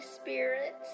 spirits